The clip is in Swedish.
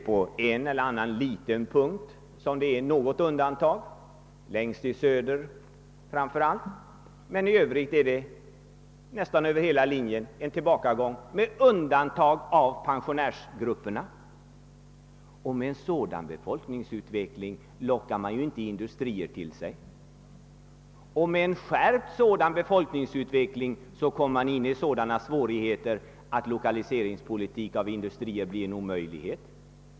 På ett eller annat håll finns något undantag, framför allt längst i söder, men i övrigt är det nästan över hela linjen fråga om en tillbakagång med undantag för pensionärsgrupperna. Med sådana framtidsutsikter lockar man inte industrier till sig, och med en skärpt befolkningsutveckling av det slaget kommer man in i sådana svårigheter att lokaliseringspolitik beträffande industrier blir en omöjlighet.